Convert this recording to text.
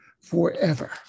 forever